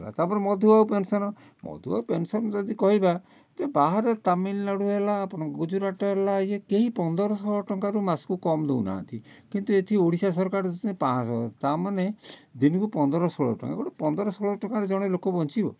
ଗଲା ତା'ପରେ Madhubabu pension Madhubabu pension ଯଦି କହିବା ଯେ ବାହାରେ ତାମିଲନାଡ଼ୁ ହେଲା ଆପଣ ଗୁଜୁରାଟ ହେଲା ଯେ କେହି ପନ୍ଦରଶହ ଟଙ୍କାରୁ ମାସକୁ କମ୍ ଦେଉ ନାହାଁନ୍ତି କିନ୍ତୁ ଏଠି ଓଡ଼ିଶା ସରକାର ଦେଉଛନ୍ତି ପାଞ୍ଚଶହ ତା'ମାନେ ଦିନକୁ ପନ୍ଦର ଷୋହଳ ଟଙ୍କା ଗୋଟେ ପନ୍ଦର ଷୋହଳ ଟଙ୍କାରେ ଜଣେ ଲୋକ ବଞ୍ଚିବ